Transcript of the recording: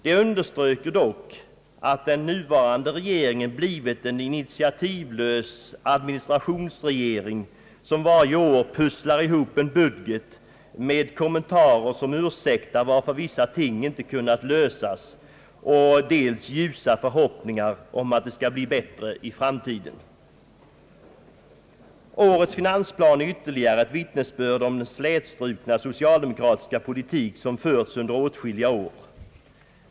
Det understryker dock att den nuvarande regeringen blivit en initiativlös administrationsregering, som varje år pusslar ihop en budget med kommentarer av ursäkter för att vissa ting inte kunnat lösas och med ljusa förhoppningar om att det skall bli bättre i framtiden. Årets finansplan är ytterligare ett vittnesbörd om den slätstrukna socialdemokratiska politik som förts under åtskilliga år.